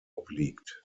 obliegt